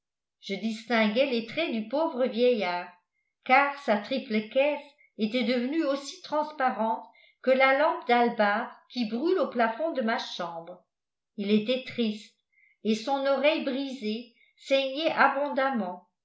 je distinguais les traits du pauvre vieillard car sa triple caisse était devenue aussi transparente que la lampe d'albâtre qui brûle au plafond de ma chambre il était triste et son oreille brisée saignait abondamment